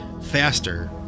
faster